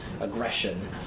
aggression